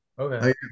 Okay